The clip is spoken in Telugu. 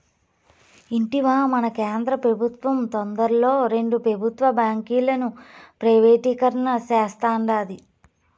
ఇంటివా, మన కేంద్ర పెబుత్వం తొందరలో రెండు పెబుత్వ బాంకీలను ప్రైవేటీకరణ సేస్తాండాది